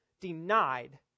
denied